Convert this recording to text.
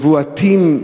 יצאו מבועתים,